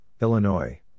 Illinois